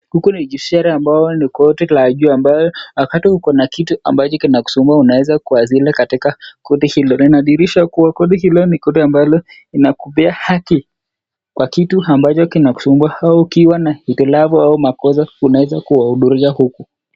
Huku ni kisheria ambayo ni koti la juu ambayo wakati uko na kitu ambacho kinakusumbua unaweza kuwasilisha katika koti hilo. Na dirisha kuwa koti hilo ni koti ambalo inakupea haki kwa kitu ambacho kinakusumbua au ukiwa na itilafu au makosa, unaweza kuwahudhuria huku.